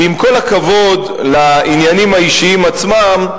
כי עם כל הכבוד לעניינים האישיים עצמם,